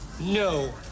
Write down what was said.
No